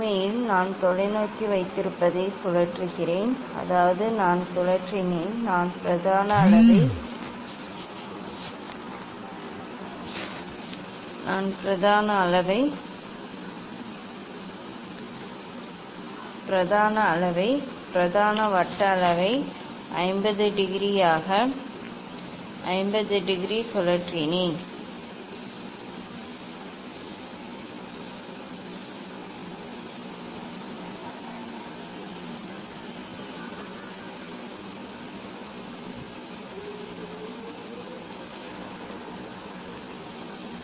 உண்மையில் நான் தொலைநோக்கி வைத்திருப்பதை சுழற்றுகிறேன் அதாவது நான் சுழற்றினேன் நான் பிரதான அளவை பிரதான வட்ட அளவை 50 டிகிரி சுழற்றினேன் அதாவது எங்களிடம் 40 உள்ளது மேலும் 50 சுழலும்